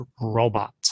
robot